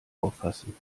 auffassen